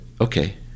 okay